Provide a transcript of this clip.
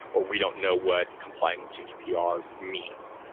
or we don't know what complying with gdpr means.